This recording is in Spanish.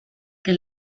que